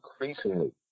increasingly